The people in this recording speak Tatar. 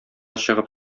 чыгып